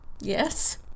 Yes